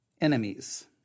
Enemies